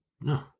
No